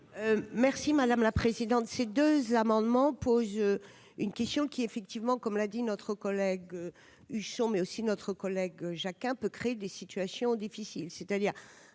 Merci madame la présidente, ces 2 amendements pose une question qui, effectivement, comme l'a dit notre collègue Huchon mais aussi notre collègue Jacques peut créer des situations difficiles,